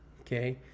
okay